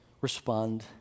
respond